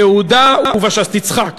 אז תצחק.